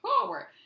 forward